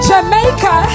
Jamaica